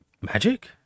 magic